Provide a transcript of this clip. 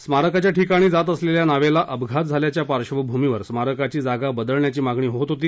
स्मारकाच्या ठिकाणी जात असलेल्या नावेला अपघात झाल्याच्या पार्श्वभूमीवर स्मारकाची जागा बदलण्याची मागणी होत होती